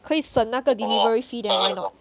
可以省那个 delivery fee then why not